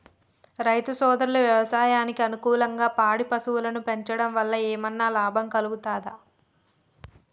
రైతు సోదరులు వ్యవసాయానికి అనుకూలంగా పాడి పశువులను పెంచడం వల్ల ఏమన్నా లాభం కలుగుతదా?